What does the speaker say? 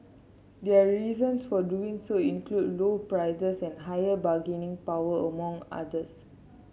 their reasons for doing so include low prices and higher bargaining power among others